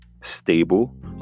stable